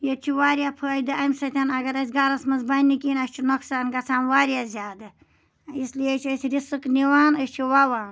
ییٚتہِ چھُ واریاہ فٲیدٕ اَمہِ سۭتۍ اَگر أسۍ گرَس منٛز بَنٕنہِ کِہیٖنۍ اَسہِ چھُ نۄقصان گژھان واریاہ زیادٕ اس لیے چھِ أسۍ رِسٕک نِوان أسۍ چھِ وَوان